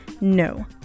No